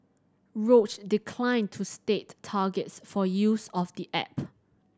Roche declined to state targets for use of the app